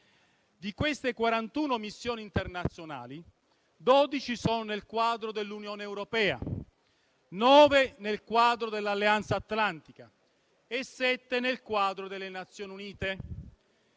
Delle 41 missioni internazionali, 12 sono nel quadro dell'Unione europea, 9 nel quadro dell'Alleanza atlantica e 7 nel quadro delle Nazioni Unite.